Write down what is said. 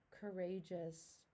courageous